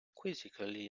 quizzically